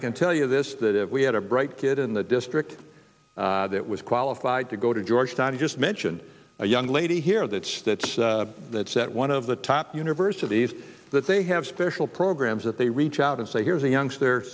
i can tell you this that if we had a bright kid in the district that was qualified to go to georgetown just mentioned a young lady here that's that's that's at one of the top universities that they have special programs that they reach out and say here's a youngster